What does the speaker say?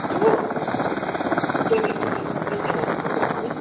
ए हो अहिलेसम्म केही छैन भन्ने सोच्यो होला नि